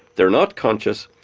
they're not conscious,